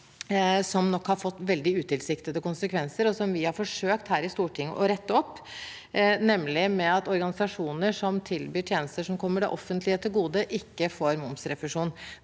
som nok har fått veldig utilsiktede konsekvenser, og som vi har forsøkt her i Stortinget å rette opp, nemlig at organisasjoner som tilbyr tjenester som kommer det offentlige til gode, ikke får momsrefusjon.